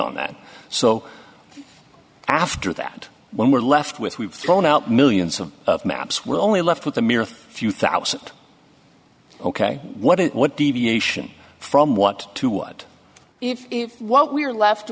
on that so after that when we're left with we've thrown out millions of of maps we're only left with a mere few thousand ok what is what deviation from what to what if what we're left